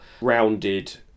rounded